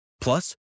Plus